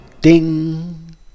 DING